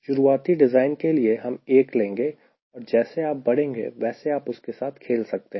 शुरुआती डिज़ाइन के लिए हम एक लेंगे और जैसे आप बढ़ेंगे वैसे आप उसके साथ खेल सकते हैं